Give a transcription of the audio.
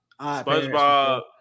Spongebob